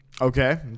Okay